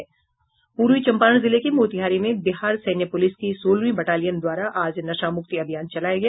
पूर्वी चंपारण जिले के मोतिहारी में बिहार सैन्य पुलिस की सोलहवीं बटालियन द्वारा आज नशामुक्ति अभियान चलाया गया